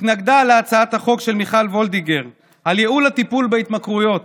התנגדה להצעת החוק של מיכל וולדיגר על ייעול הטיפול בהתמכרויות,